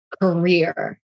career